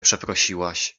przeprosiłaś